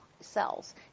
cells